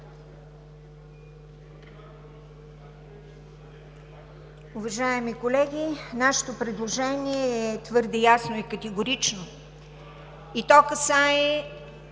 Уважаеми колеги, нашето предложение е твърде ясно и категорично. То касае